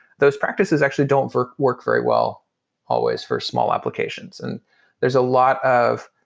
those practices actually don't work work very well always for small applications and there's a lot of,